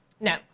No